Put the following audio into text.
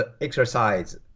exercise